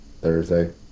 Thursday